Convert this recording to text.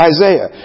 Isaiah